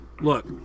Look